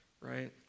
right